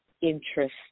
interest